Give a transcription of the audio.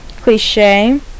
cliche